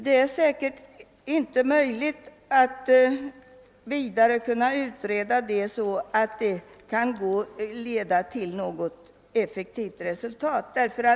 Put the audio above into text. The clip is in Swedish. Det är säkert inte möjligt att utreda ämnet så att det kan leda till ett effektivt resultat.